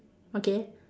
okay